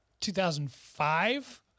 2005